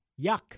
yuck